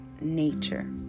nature